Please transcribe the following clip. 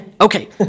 Okay